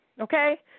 okay